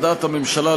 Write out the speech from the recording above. על דעת הממשלה,